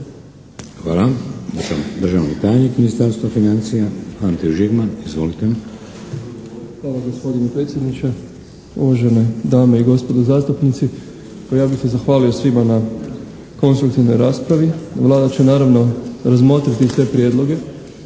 Hvala. Državni tajnik Ministarstva financija, Ante Žigman. Izvolite. **Žigman, Ante** Hvala gospodine predsjedniče, uvažene dame i gospodo zastupnici. Pa ja bih se zahvalio svima na konstruktivnoj raspravi. Vlada će naravno razmotriti sve prijedloge.